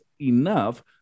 enough